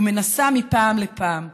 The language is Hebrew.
ומנסה מפעם לפעם,